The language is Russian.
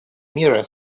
мира